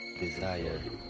desire